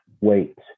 wait